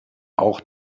auch